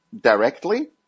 directly